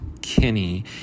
Kinney